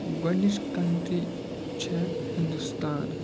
گۄڈنِچ کَنٹری چھےٚ ہِندُستان